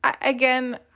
Again